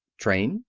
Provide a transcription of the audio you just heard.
train!